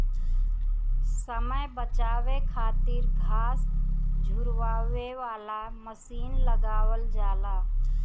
समय बचावे खातिर घास झुरवावे वाला मशीन लगावल जाला